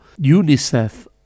UNICEF